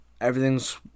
Everything's